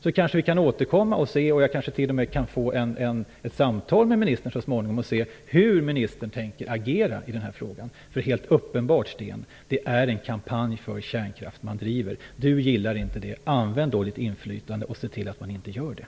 Då kanske vi kan återkomma och se om jag t.o.m. så småningom kan få ett samtal med ministern och få höra hur ministern tänker agera i den här frågan. Helt uppenbart är det en kampanj för kärnkraft som man bedriver. Om Sten Heckscher inte gillar det kan han använda sitt inflytande för att se till att man inte gör det.